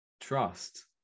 trust